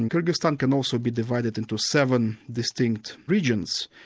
and kyrgyzstan can also be divided into seven distinct regions,